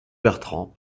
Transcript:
bertrand